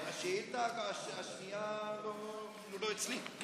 השאילתה השנייה לא אצלי.